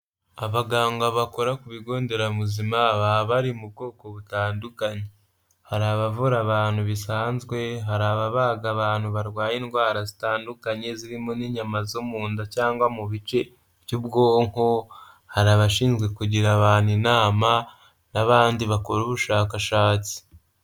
Abaganga bakora ku bigo nderabuzima, baba bari mu bwoko butandukanye. Hari abavura abantu bisanzwe, hari aba baga abantu barwaye indwara zitandukanye zirimo n'inyama zo mu nda cyangwa mu bice by'ubwonko, hari abashinzwe kugira abantu inama, n'abandi bakora ubushakashatsi.